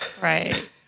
Right